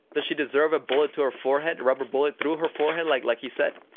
does she deserve a bullet to her forehead rubber bullet through her forehead like like he said?